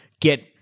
get